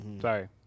Sorry